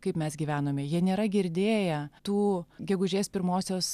kaip mes gyvenome jie nėra girdėję tų gegužės pirmosios